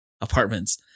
apartments